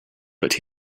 but